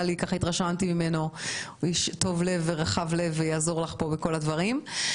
התרשמתי שנפתלי הוא איש טוב לב ורחב לב והוא יעזור לך בכל הדברים.